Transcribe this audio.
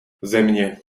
země